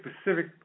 specific